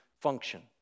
function